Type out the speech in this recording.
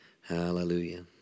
Hallelujah